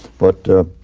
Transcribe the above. but